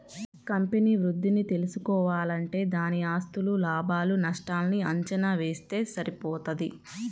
company వృద్ధిని తెల్సుకోవాలంటే దాని ఆస్తులు, లాభాలు నష్టాల్ని అంచనా వేస్తె సరిపోతది